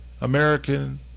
american